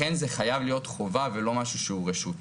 לכן זה חייב להיות חובה ולא משהו שהוא רשות.